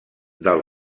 del